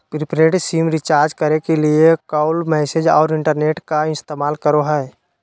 prepaid SIM recharge करे के लिए कॉल, मैसेज औरो इंटरनेट का इस्तेमाल करो हइ